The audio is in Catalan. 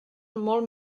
molt